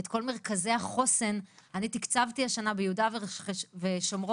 את כל מרכזי החוסן אני תקצבתי השנה ביהודה ושומרון,